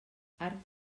arc